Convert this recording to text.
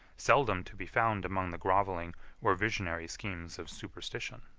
seldom to be found among the grovelling or visionary schemes of superstition.